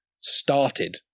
started